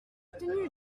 tenue